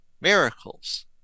Miracles